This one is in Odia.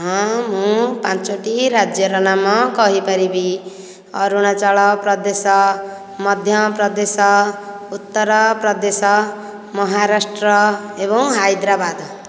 ହଁ ମୁଁ ପାଞ୍ଚଟି ରାଜ୍ୟର ନାମ କହିପାରିବି ଅରୁଣାଚଳପ୍ରଦେଶ ମଧ୍ୟପ୍ରଦେଶ ଉତ୍ତରପ୍ରଦେଶ ମହାରାଷ୍ଟ୍ର ଏବଂ ହାଇଦ୍ରାବାଦ